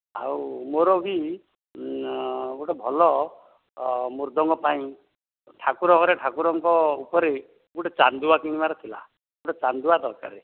ଆଉ ମୋର ବି ଗୋଟେ ଭଲ ମୃଦଙ୍ଗ ପାଇଁ ଠାକୁର ଘରେ ଠାକୁରଙ୍କ ଉପରେ ଗୋଟେ ଚାନ୍ଦୁଆ କିଣିବାର ଥିଲା ଗୋଟେ ଚାନ୍ଦୁଆ ଦରକାର